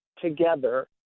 together